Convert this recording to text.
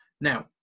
Now